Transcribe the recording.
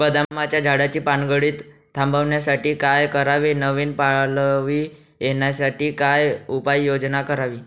बदामाच्या झाडाची पानगळती थांबवण्यासाठी काय करावे? नवी पालवी येण्यासाठी काय उपाययोजना करावी?